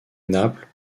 naples